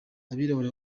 abirabura